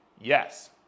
Yes